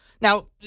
Now